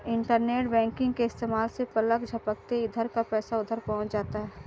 internet banking के इस्तेमाल से पलक झपकते इधर का पैसा उधर पहुँच जाता है